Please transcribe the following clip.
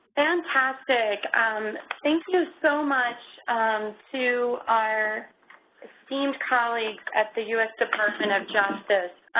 fantastic. thank you so much to our esteemed colleagues at the us department of justice.